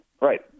right